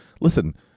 listen